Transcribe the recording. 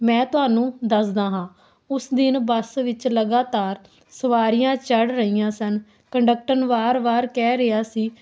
ਮੈਂ ਤੁਹਾਨੂੰ ਦੱਸਦਾ ਹਾਂ ਉਸ ਦਿਨ ਬੱਸ ਵਿੱਚ ਲਗਾਤਾਰ ਸਵਾਰੀਆਂ ਚੜ੍ਹ ਰਹੀਆਂ ਸਨ ਕੰਡਕਟਰ ਵਾਰ ਵਾਰ ਕਹਿ ਰਿਹਾ ਸੀ